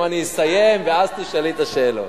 אם אני אסיים ואז תשאלי את השאלות.